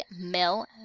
Mill